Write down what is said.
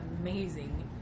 amazing